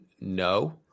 no